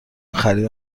خرید